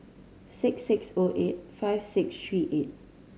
six six O eight five six three eight